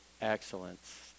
excellence